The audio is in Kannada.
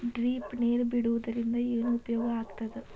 ಡ್ರಿಪ್ ನೇರ್ ಬಿಡುವುದರಿಂದ ಏನು ಉಪಯೋಗ ಆಗ್ತದ?